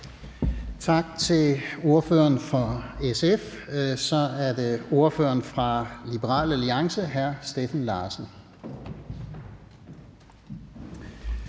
Tak til ordføreren for SF. Så er det ordføreren for Liberal Alliance, hr. Steffen Larsen.